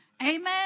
Amen